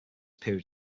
period